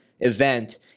event